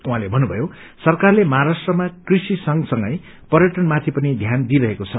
उहाँले भन्नुभयो सरकारले महाराष्ट्रमा कृषिसंगसगै पर्यटन माथि पनि ध्यान दिइरहेको छ